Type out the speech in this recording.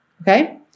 okay